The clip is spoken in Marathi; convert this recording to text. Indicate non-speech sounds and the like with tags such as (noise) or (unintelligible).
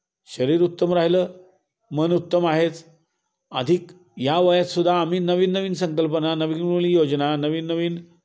शरीर उत्तम राहिलं मन उत्तम आहेच अधिक या वयातसुद्धा आम्ही नवीन नवीन संकल्पना (unintelligible) योजना नवीन नवीन